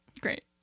Great